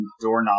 doorknob